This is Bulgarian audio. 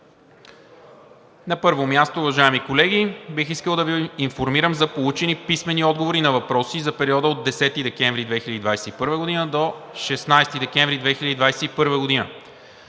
На първо място, уважаеми колеги, бих искал да Ви информирам за получени писмени отговори на въпроси за периода от 10 декември 2021 г. до 16 декември 2021 г.